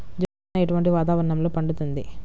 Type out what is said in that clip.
జొన్న ఎటువంటి వాతావరణంలో పండుతుంది?